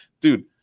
dude